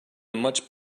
much